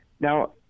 now